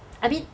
I mean